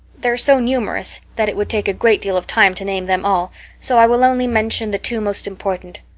they're so numerous that it would take a great deal of time to name them all so i will only mention the two most important.